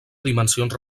dimensions